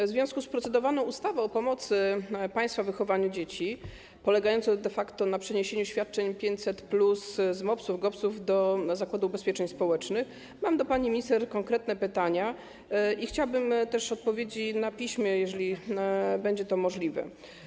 W związku z procedowaną ustawą o pomocy państwa w wychowywaniu dzieci polegającą de facto na przeniesieniu świadczeń 500+ z MOPS-ów, GOPS-ów do Zakładu Ubezpieczeń Społecznych mam do pani minister konkretne pytania i chciałabym też odpowiedzi na piśmie, jeżeli będzie to możliwe.